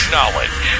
Knowledge